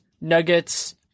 Nuggets